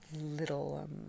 little